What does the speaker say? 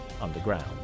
underground